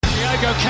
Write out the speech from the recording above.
Diego